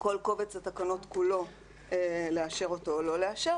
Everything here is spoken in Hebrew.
כל קובץ התקנות כולו, לאשר אותו או לא לאשר.